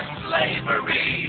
slavery